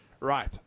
Right